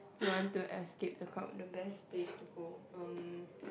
you want to escape the crowd the best place to go erm